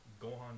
Gohan